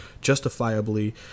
justifiably